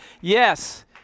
Yes